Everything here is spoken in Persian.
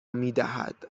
میدهد